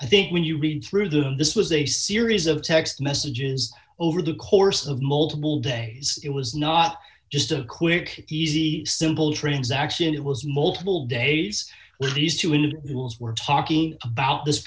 i think when you read through them this was a series of text messages over the course of multiple days it was not just a quick easy simple transaction it was multiple days where these two individuals were talking about this